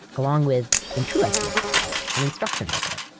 along with, in true ikea style, an instruction booklet.